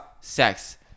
sex